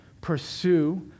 pursue